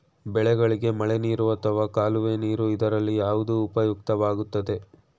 ಬೆಳೆಗಳಿಗೆ ಮಳೆನೀರು ಅಥವಾ ಕಾಲುವೆ ನೀರು ಇದರಲ್ಲಿ ಯಾವುದು ಉಪಯುಕ್ತವಾಗುತ್ತದೆ?